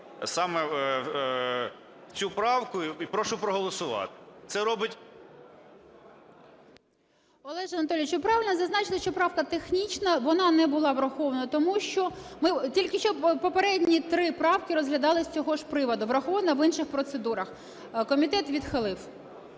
саме в цю правку. І прошу проголосувати, це робить.. 11:20:59 ВЕНЕДІКТОВА І.В. Олеже Анатолійовичу, ви правильно зазначили, що правка технічна. Вона не була врахована, тому що ми тільки що попередні три правки розглядали з цього ж приводу, врахована в інших процедурах. Комітет відхилив.